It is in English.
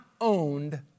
owned